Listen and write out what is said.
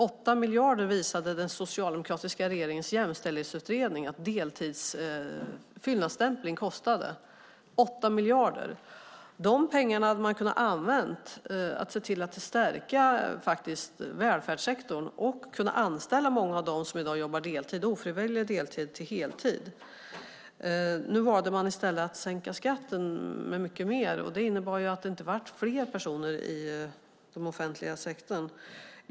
8 miljarder visade den socialdemokratiska regeringens jämställdhetsutredning att fyllnadsstämpling kostade - 8 miljarder! De pengarna hade man kunnat använda för att stärka välfärdssektorn och anställa många av dem som i dag jobbar ofrivillig deltid på heltid. Men man valde i stället att sänka skatten med mycket mer, och det innebar att det inte blev flera personer i den offentliga sektorn.